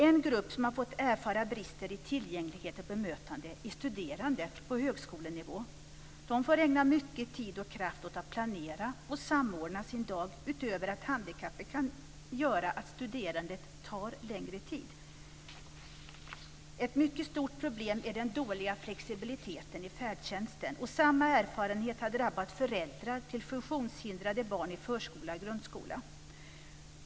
En grupp som har fått erfara brister i tillgänglighet och bemötande är studerande på högskolenivå. De får ägna mycket tid och kraft åt att planera och samordna sin dag, utöver att handikappet kan göra att studerandet tar längre tid. Ett mycket stort problem är den dåliga flexibiliteten i färdtjänsten. Samma erfarenhet har drabbat föräldrar till funktionshindrade barn i förskola och grundskola.